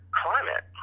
climate